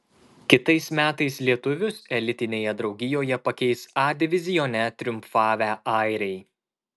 kitais metais lietuvius elitinėje draugijoje pakeis a divizione triumfavę airiai